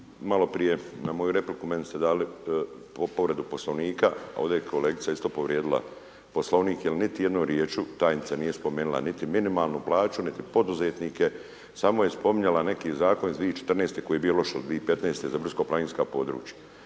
maloprije, na moju repliku, meni ste dali povredu Poslovnika, ovdje je kolegica isto povrijedila Poslovnik jel niti jednom rječju tajnica nije spomenula niti minimalnu plaću, niti poduzetnike, samo je spominjala neki Zakon iz 2014.-te koji je bio loš od 2015.-te za brdsko planinska područja.